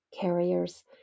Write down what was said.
carriers